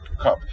cup